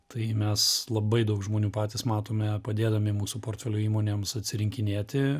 tai mes labai daug žmonių patys matome padėdami mūsų portfelio įmonėms atsirinkinėti